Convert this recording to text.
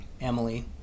Emily